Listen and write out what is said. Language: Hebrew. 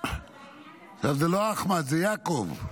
עכשיו זה לא אחמד, זה יעקב.